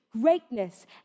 greatness